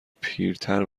پیرتر